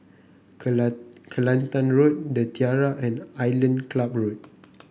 Kelant Kelantan Road The Tiara and Island Club Road